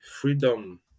freedom